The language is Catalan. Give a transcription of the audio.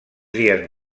dies